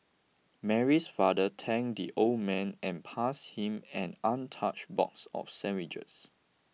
Mary's father thanked the old man and passed him an untouched box of sandwiches